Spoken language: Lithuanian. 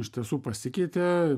iš tiesų pasikeitė